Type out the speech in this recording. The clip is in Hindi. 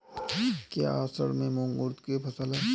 क्या असड़ में मूंग उर्द कि फसल है?